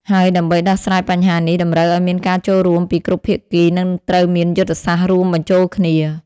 ហើយដើម្បី ដោះស្រាយបញ្ហានេះតម្រូវឱ្យមានការចូលរួមពីគ្រប់ភាគី និងត្រូវមានយុទ្ធសាស្ត្ររួមបញ្ចូលគ្នា។